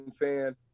fan